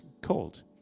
cold